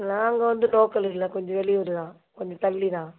நாங்கள் வந்து லோக்கல் இல்லை கொஞ்சம் வெளியூர் தான் கொஞ்சம் தள்ளி தான்